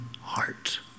heart